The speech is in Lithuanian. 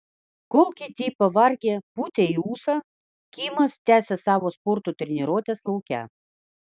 kol kiti pavargę pūtė į ūsą kimas tęsė savo sporto treniruotes lauke